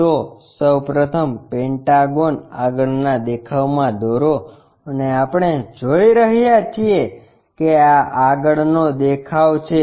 તો સૌ પ્રથમ પેન્ટાગોન આગળના દેખાવમાં દોરો અને આપણે જોઈ રહ્યા છીએ કે આ આગળનો દેખાવ છે